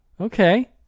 Okay